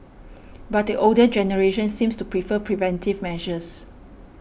but the older generation seems to prefer preventive measures